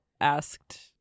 asked